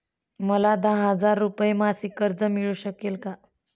मला दहा हजार रुपये मासिक कर्ज मिळू शकेल का?